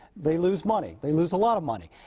they lose money. they lose a lot of money.